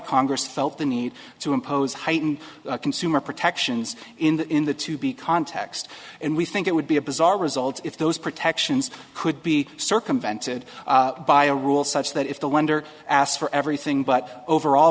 congress felt the need to impose heightened consumer protections in the to be context and we think it would be a bizarre result if those protections could be circumvented by a rule such that if the lender asks for everything but overall